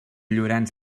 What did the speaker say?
llorenç